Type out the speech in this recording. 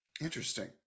Interesting